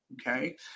okay